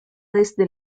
desde